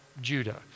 Judah